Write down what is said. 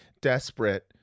desperate